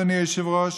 אדוני היושב-ראש,